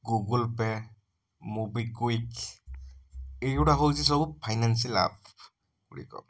Google Pay MobiKwik ଏଗୁଡ଼ା ହେଉଛି ସବୁ ଫାଇନାନସିଆଲ ଆପ୍ ଗୁଡ଼ିକ